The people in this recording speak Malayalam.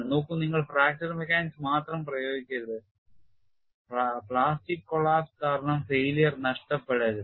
നോക്കൂ നിങ്ങൾ ഫ്രാക്ചർ മെക്കാനിക്സ് മാത്രം പ്രയോഗിക്കരുത് പ്ലാസ്റ്റിക് collapse കാരണം failure നഷ്ടപ്പെടരുത്